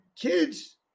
kids